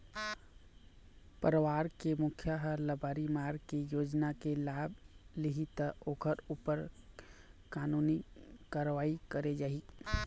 परवार के मुखिया ह लबारी मार के योजना के लाभ लिहि त ओखर ऊपर कानूनी कारवाही करे जाही